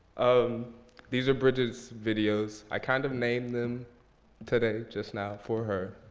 um these are bridget's videos. i kind of named them today just now for her.